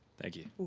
thank you.